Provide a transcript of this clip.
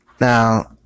Now